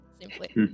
simply